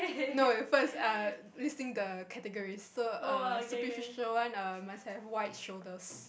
no you first err listing the categories so err superficial one err must have wide shoulders